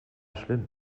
schlimm